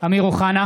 אמיר אוחנה,